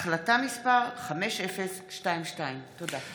החלטה מס' 5022. תודה.